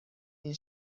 این